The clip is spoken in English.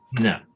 No